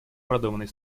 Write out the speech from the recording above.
продуманной